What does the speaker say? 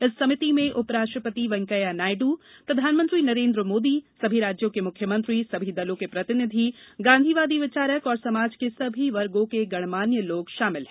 इस समिति में उपराष्ट्रपति वेंकैया नायड्र प्रधानमंत्री नरेंद्र मोदी सभी राज्यों के मुख्यमंत्री सभी दलों के प्रतिनिधि गांधीवादी विचारक और समाज के सभी वर्गों के गणमान्य लोग शामिल हैं